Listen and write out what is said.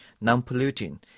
non-polluting